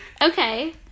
Okay